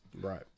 Right